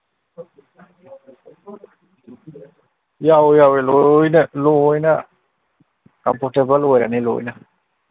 ꯌꯥꯎꯋꯦ ꯌꯥꯎꯋꯦ ꯂꯣꯏꯅ ꯂꯣꯏꯅ ꯀꯝꯐꯣꯔꯇꯦꯕꯜ ꯑꯣꯏꯔꯅꯤ ꯂꯣꯏꯅ